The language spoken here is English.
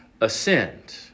ascend